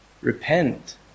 repent